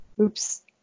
Oops